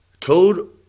Code